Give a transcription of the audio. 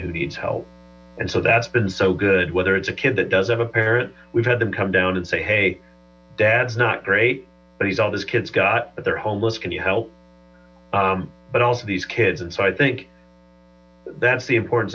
who needs help and so that's been so good whether it's a kid that does have a parent we've had them come down and say hey dad's not great but he's all this kid's got but they're homeless can you help but also these kids and so i think that's the importance